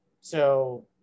So-